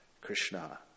Krishna